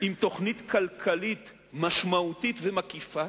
עם תוכנית כלכלית משמעותית ומקיפה,